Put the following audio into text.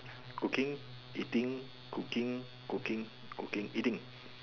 cooking eating cooking cooking cooking eating